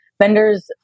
vendors